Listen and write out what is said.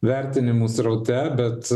vertinimų sraute bet